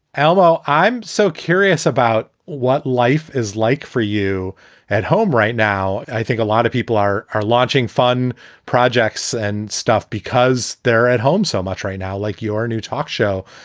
elmo. i'm so curious about what life is like for you at home right now. i think a lot of people are are launching fun projects and stuff because they're at home so much right now, like your new talk show.